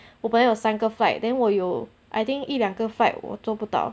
我本来有三个 flight then 我有 I think 一两个 fight 我做不到